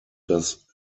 das